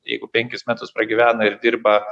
jeigu penkis metus pragyvena ir dirba